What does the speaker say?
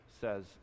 says